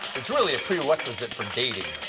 it's really a prerequisite for dating.